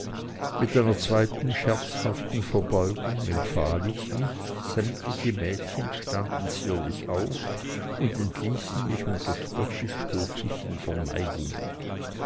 mit einer zweiten scherzhaften verbeugung empfahl ich mich sämtliche mädchen standen zierlich auf und entließen mich unter spöttisch höflichen verneigungen